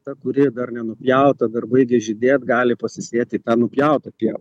ta kuri dar nenupjauta dar baigia žydėt gali pasisėti nupjauta pieva